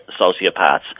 sociopaths